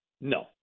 No